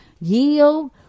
yield